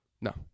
No